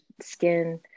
skin